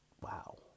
wow